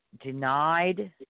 denied